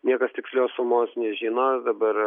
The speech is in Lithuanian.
niekas tikslios sumos nežino dabar